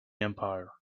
empire